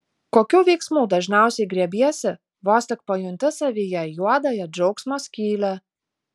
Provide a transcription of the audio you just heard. kokių veiksmų dažniausiai griebiesi vos tik pajunti savyje juodąją džiaugsmo skylę